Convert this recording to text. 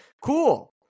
Cool